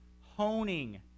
honing